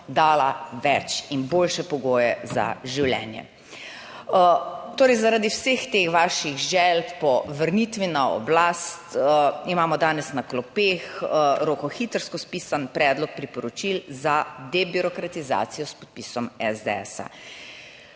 dala več in boljše pogoje za življenje. Torej, zaradi vseh teh vaših želja po vrnitvi na oblast, imamo danes na klopeh rokohitrsko spisan predlog priporočil za debirokratizacijo s podpisom SDS.